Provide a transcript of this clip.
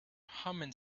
humming